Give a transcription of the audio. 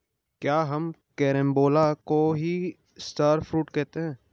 क्या हम कैरम्बोला को ही स्टार फ्रूट कहते हैं?